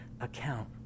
account